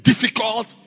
difficult